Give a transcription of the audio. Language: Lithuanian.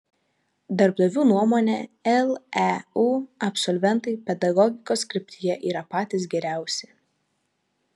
darbdavių nuomone leu absolventai pedagogikos kryptyje yra patys geriausi